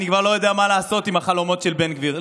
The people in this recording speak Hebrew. אני כבר לא יודע מה לעשות עם החלומות של בן גביר,